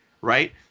right